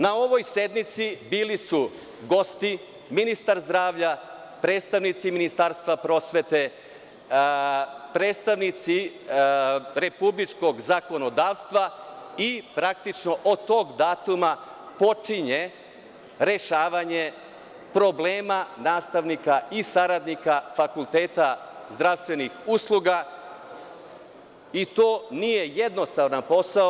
Na ovoj sednici bili su gosti ministar zdravlja, predstavnici Ministarstva prosvete, predstavnici republičkog zakonodavstva i praktično od tog datuma počinje rešavanje problema nastavnika i saradnika fakulteta zdravstvenih usluga, i to nije jednostavan posao.